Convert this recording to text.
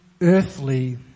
earthly